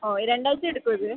ഓ രണ്ടാഴ്ച എടുക്കും ഇത്